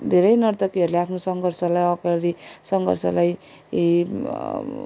धेरै नर्तकीहरूले आफ्नो सङ्घर्षलाई अगाडि सङ्घर्षलाई इ